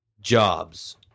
jobs